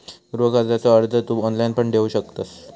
गृह कर्जाचो अर्ज तू ऑनलाईण पण देऊ शकतंस